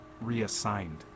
reassigned